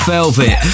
Velvet